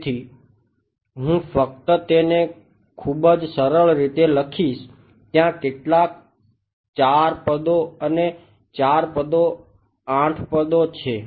તેથી હું ફક્ત તેને ખૂબ જ સરળ રીતે લખીશ ત્યાં કેટલા 4 પદો અને 4 પદો 8 પદો છે